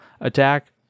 attack